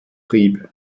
trieb